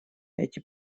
эти